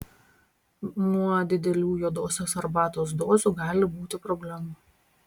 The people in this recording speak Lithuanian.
nuo didelių juodosios arbatos dozių gali būti problemų